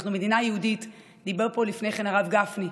אנחנו מדינה יהודית, דיבר פה לפני כן הרב גפני,